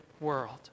world